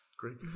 Great